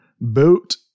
Boat